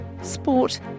sport